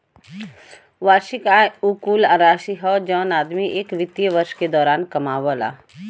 वार्षिक आय उ कुल राशि हौ जौन आदमी एक वित्तीय वर्ष के दौरान कमावला